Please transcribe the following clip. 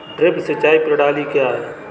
Drip सिंचाई प्रणाली क्या है?